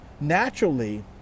naturally